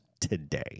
today